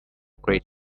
great